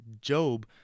Job